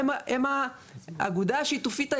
הם האגודה השיתופית היחידה.